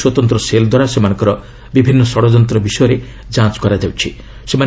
police କହିଛି ସ୍ୱତନ୍ତ୍ର ସେଲ୍ଦ୍ଦାରା ସେମାନଙ୍କର ବିଭିନ୍ନ ଷଡଜନ୍ତ ବିଷୟରେ ଯାଞ୍ଚ କରାଯାଉଛି